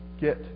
get